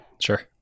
Sure